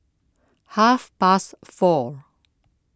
half past four